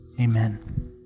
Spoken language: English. Amen